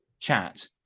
chat